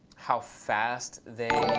how fast they